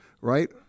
right